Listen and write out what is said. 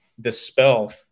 dispel